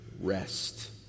rest